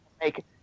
make